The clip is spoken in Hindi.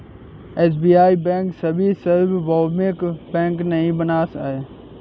एस.बी.आई बैंक अभी सार्वभौमिक बैंक नहीं बना है